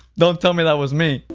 don't tell me that was me.